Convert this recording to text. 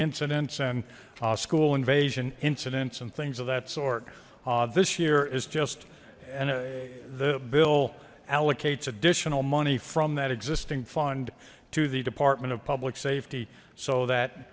incidents and school invasion incidents and things of that sort this year is just and the bill allocates additional money from that existing fund to the department of public safety so that